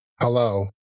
Hello